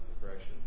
correction